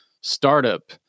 startup